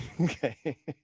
okay